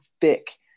thick